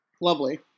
lovely